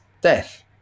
death